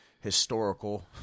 historical